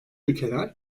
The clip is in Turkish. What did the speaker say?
ülkeler